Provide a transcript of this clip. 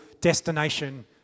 destination